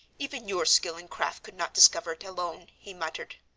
even your skill and craft could not discover it alone, he muttered.